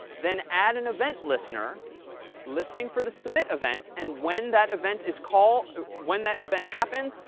then add an event listener listening for the submit event, and when that event is call when that event happens,